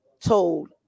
told